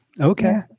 Okay